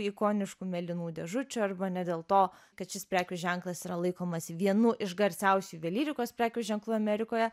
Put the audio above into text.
ikoniškų mėlynų dėžučių arba ne dėl to kad šis prekių ženklas yra laikomas vienu iš garsiausių juvelyrikos prekių ženklų amerikoje